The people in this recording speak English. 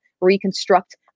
reconstruct